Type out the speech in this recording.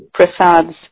prasads